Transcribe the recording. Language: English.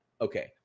Okay